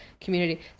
community